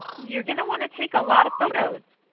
you are going to want to take a lot of photos.